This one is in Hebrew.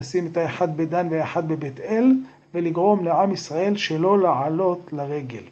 לשים את האחד בדן ואחד בבית אל, ולגרום לעם ישראל שלא לעלות לרגל.